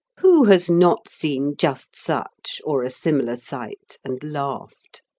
who has not seen just such, or a similar sight, and laughed?